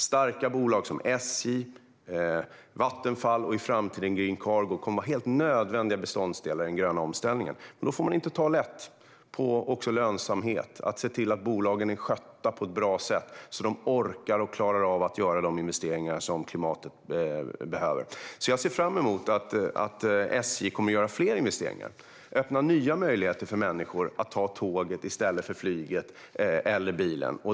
Starka bolag som SJ, Vattenfall och, i framtiden, Green Cargo kommer att vara helt nödvändiga beståndsdelar i den gröna omställningen, men då får man inte ta lätt på lönsamhet. Man måste se till att bolagen är skötta på ett bra sätt så att de orkar och klarar av att göra de investeringar som klimatet behöver. Jag ser fram emot att SJ kommer att göra fler investeringar och öppna nya möjligheter för människor att ta tåget i stället för flyget eller bilen.